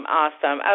awesome